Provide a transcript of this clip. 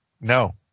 No